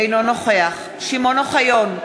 אינו נוכח שמעון אוחיון,